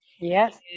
Yes